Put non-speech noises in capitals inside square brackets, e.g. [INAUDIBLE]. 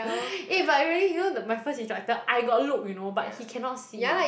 [BREATH] eh but really you know the my first instructor I got look you know but he cannot see